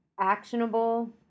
actionable